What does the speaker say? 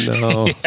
no